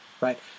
right